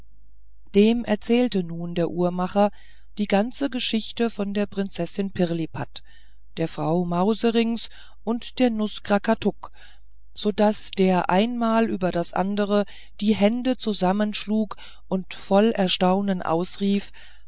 dem erzählte nun der uhrmacher die ganze geschichte von der prinzessin pirlipat der frau mauserinks und der nuß krakatuk sodaß der ein mal über das andere die hände zusammenschlug und voll erstaunen ausrief